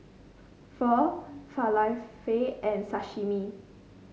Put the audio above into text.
Pho Falafel and Sashimi